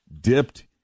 dipped